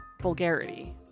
vulgarity